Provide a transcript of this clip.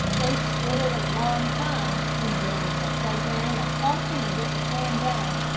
they stood it a long time, rebuilding their playground as often as it was torn down,